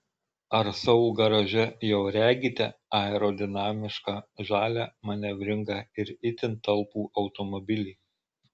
ar savo garaže jau regite aerodinamišką žalią manevringą ir itin talpų automobilį